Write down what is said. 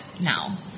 now